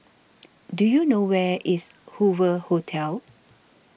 do you know where is Hoover Hotel